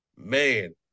Man